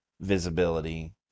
visibility